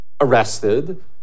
arrested